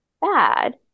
bad